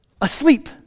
asleep